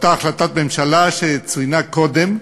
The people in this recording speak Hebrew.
אותה החלטת ממשלה שצוינה קודם,